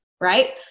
right